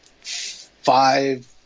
five